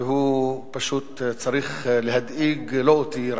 והוא פשוט צריך להדאיג לא רק אותי.